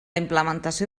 implementació